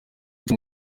wica